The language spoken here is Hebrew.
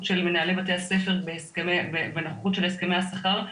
של מנהלי בתי הספר בנוכחות של הסכמי השכר,